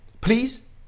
Please